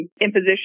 imposition